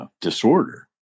disorder